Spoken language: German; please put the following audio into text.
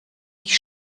ich